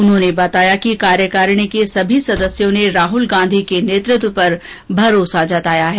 उन्होंने बताया कि कार्यकारिणी के सभी सदस्यों ने राहुल गांधी के नेतृत्व पर भरोसा जताया है